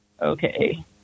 okay